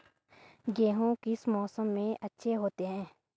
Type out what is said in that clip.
गेहूँ किस मौसम में अच्छे होते हैं?